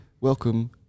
Welcome